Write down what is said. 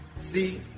See